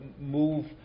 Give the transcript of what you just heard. move